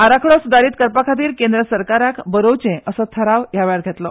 आराखडो सुदारित करपाखातीर केंद्र सरकाराक बरोवचे असो थाराव हेवेळार घेतलो